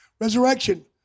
resurrection